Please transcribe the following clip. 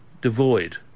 devoid